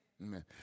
Amen